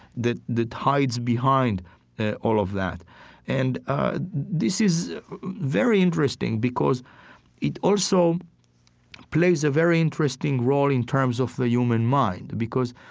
that hides behind all of that and ah this is very interesting because it also plays a very interesting role in terms of the human mind. because,